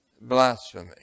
blasphemy